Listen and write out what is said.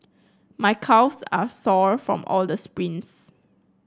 my calves are sore from all the sprints